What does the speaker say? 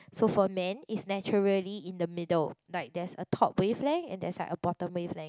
so for men is naturally in the middle like there's a top wavelength and there's like a bottom wavelength